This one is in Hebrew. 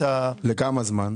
לכמה זמן?